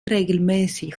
regelmäßig